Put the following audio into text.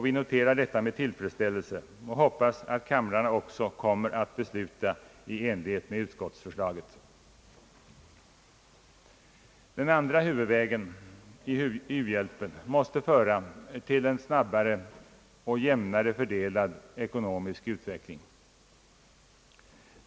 Vi noterar det med tillfredsställelse och hoppas att kamrarna också kommer att besluta i enlighet med utskottsförslaget. Den andra huvudvägen i u-hjälpen måste föra till en snabbare och jämnare fördelad ekonomisk utveckling.